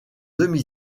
demi